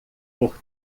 por